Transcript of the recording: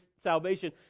salvation